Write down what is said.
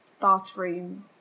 bathroom